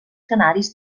canaris